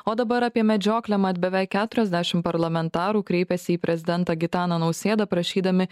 o dabar apie medžioklę mat beveik keturiasdešim parlamentarų kreipėsi į prezidentą gitaną nausėdą prašydami